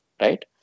right